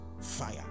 Fire